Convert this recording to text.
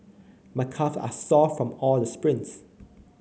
my calve are sore from all the sprints